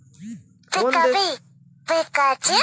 কোন দেশে পণ্য সামগ্রীর মূল্য অনেক বেশি বেড়ে যায়?